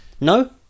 No